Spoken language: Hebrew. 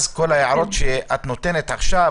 אז כל ההערות שאת נותנת עכשיו,